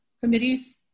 committees